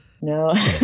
No